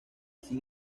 sin